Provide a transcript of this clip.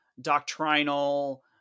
doctrinal